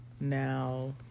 now